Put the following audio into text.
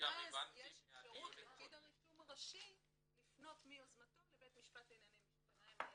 יש אפשרות לפקיד הרישום הראשי לפנות מיוזמתו לבית משפט לענייני משפחה.